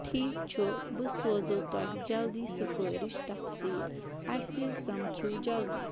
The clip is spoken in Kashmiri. ٹھیک چھُ بہٕ سوزہو تۄہہ جلدی سفٲرِش تفصیٖل اسہِ سمکھِو جلدی